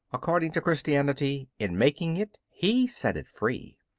according to christianity, in making it, he set it free.